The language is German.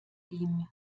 ihm